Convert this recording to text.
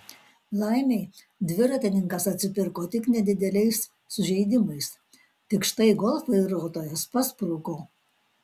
laimei dviratininkas atsipirko tik nedideliais sužeidimais tik štai golf vairuotojas paspruko